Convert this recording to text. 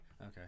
Okay